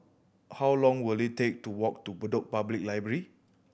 how long will it take to walk to Bedok Public Library